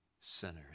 sinners